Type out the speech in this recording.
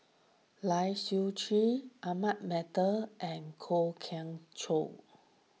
Lai Siu Chiu Ahmad Mattar and Kwok Kian Chow